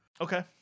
Okay